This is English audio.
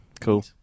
Cool